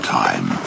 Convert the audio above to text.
time